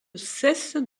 cesse